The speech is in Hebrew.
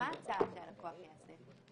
בני, מה ההצעה שהלקוח יעשה?